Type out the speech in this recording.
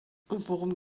worum